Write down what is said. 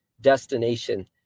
destination